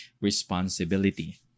responsibility